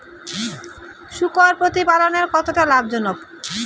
শূকর প্রতিপালনের কতটা লাভজনক?